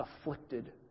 afflicted